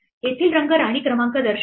येथील रंग राणी क्रमांक दर्शवतात